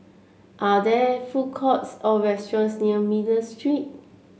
are there food courts or restaurants near Miller Street